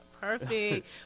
Perfect